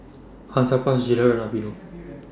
Hansaplast Gilera and Aveeno